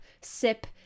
Sip